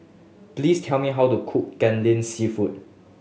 please tell me how to cook Kai Lan Seafood